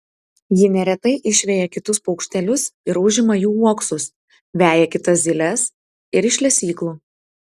ji neretai išveja kitus paukštelius ir užima jų uoksus veja kitas zyles ir iš lesyklų